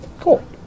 Cool